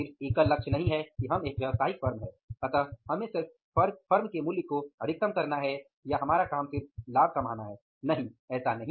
सिर्फ एकल लक्ष्य नहीं है कि हम एक व्यवसायिक फर्म हैं अतः हमें सिर्फ फर्म के मूल्य को अधिकतम करना है या सिर्फ लाभ कमाना है नहीं